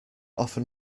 often